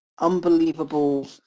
unbelievable